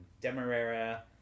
Demerara